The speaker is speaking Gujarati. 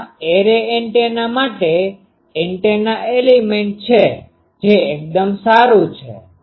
તેમાં એરે એન્ટેના માટે એન્ટેના એલીમેન્ટ છે જે એકદમ સારું છે